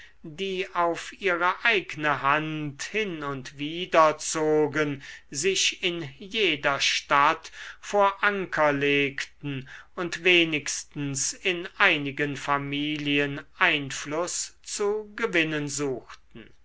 die auf ihre eigne hand hin und wider zogen sich in jeder stadt vor anker legten und wenigstens in einigen familien einfluß zu gewinnen suchten